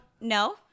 no